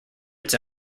its